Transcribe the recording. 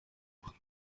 yagize